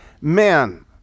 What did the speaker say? man